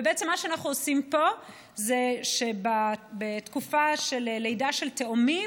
ובעצם מה שאנחנו עושים פה זה שבתקופה של לידה של תאומים,